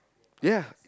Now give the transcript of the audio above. ya